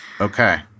Okay